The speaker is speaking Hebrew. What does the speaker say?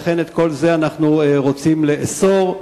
את כל זה אנחנו רוצים לאסור.